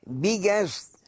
biggest